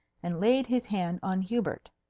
and laid his hand on hubert.